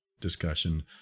discussion